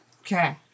Okay